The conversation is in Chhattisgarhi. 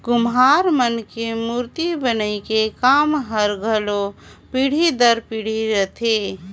कुम्हार मन के मूरती बनई के काम हर घलो पीढ़ी दर पीढ़ी रहथे